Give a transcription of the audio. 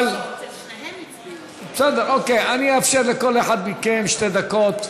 אבל בסדר, אני אאפשר לכל אחד מכם שתי דקות,